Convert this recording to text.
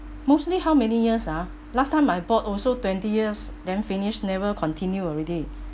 mostly how many years ah last time I bought also twenty years then finished never continue already